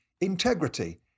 integrity